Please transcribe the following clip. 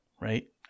Right